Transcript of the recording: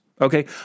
Okay